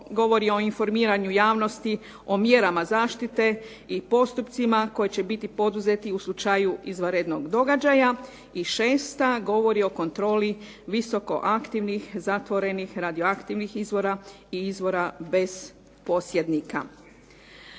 govori o informiranju javnosti o mjerama zaštite i postupcima koji će biti poduzeti u slučaju izvanrednog događaja. I šesta govori o kontroli visoko aktivnih zatvorenih radioaktivnih izvora i izvora bez posjednika.